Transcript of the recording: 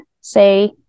say